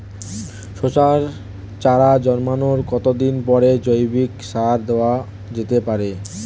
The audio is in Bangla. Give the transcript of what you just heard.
শশার চারা জন্মানোর কতদিন পরে জৈবিক সার দেওয়া যেতে পারে?